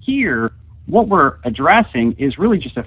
here what we're addressing is really just